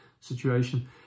situation